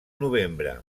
novembre